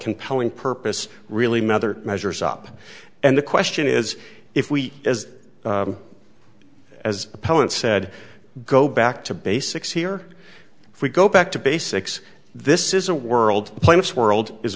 compelling purpose really mother measures up and the question is if we as as appellant said go back to basics here if we go back to basics this is a world plaintiff's world is